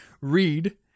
read